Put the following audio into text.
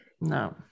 No